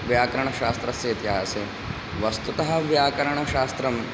व्याकरणशास्त्रस्य इतिहासे वस्तुतः व्याकरणशास्त्रम्